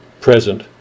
present